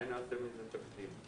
אולי נעשה מזה תקדים.